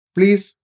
Please